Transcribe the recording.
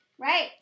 Right